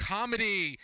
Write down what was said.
Comedy